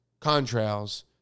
contrails